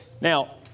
Now